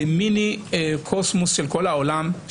מיני קוסמוס של כל העולם,